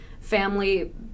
family